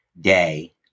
day